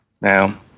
Now